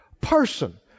person